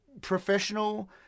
professional